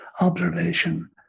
observation